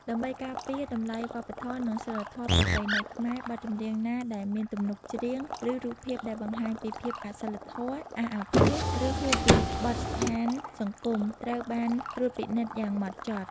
ដើម្បីការពារតម្លៃវប្បធម៌ និងសីលធម៌ប្រពៃណីខ្មែរ បទចម្រៀងណាដែលមាន ទំនុកច្រៀង ឬរូបភាពដែលបង្ហាញពីភាពអសីលធម៌ អាសអាភាស ឬហួសពីបទដ្ឋានសង្គម ត្រូវបានត្រួតពិនិត្យយ៉ាងម៉ត់ចត់។